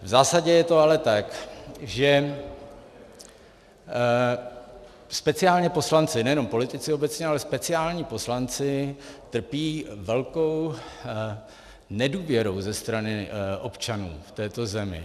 V zásadě je to ale tak, že speciálně poslanci, nejenom politici obecně, ale speciálně poslanci trpí velkou nedůvěrou ze strany občanů v této zemi.